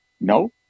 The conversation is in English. No